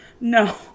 No